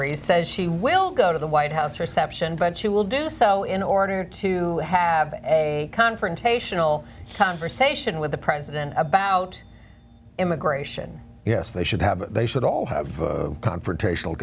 honorees says she will go to the white house reception but she will do so in order to have a confrontational conversation with the president about immigration yes they should have they should all have a confrontational